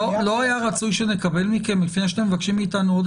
לא היה רצוי שנקבל מכם לפני שאתם מבקשים מאיתנו עוד